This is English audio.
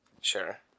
sure